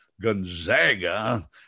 Gonzaga